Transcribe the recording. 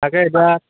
তাকেই এইবাৰ